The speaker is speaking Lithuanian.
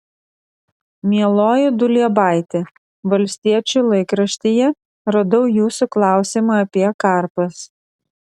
mieloji duliebaite valstiečių laikraštyje radau jūsų klausimą apie karpas